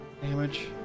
damage